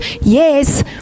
yes